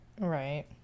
Right